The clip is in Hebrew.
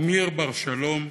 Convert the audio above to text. אמיר בר-שלום,